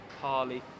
Harley